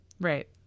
Right